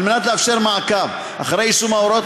על מנת לאפשר מעקב אחר יישום הוראות